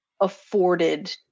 afforded